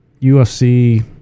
UFC